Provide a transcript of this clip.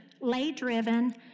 lay-driven